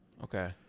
Okay